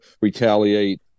retaliate